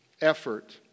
effort